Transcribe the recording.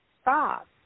stop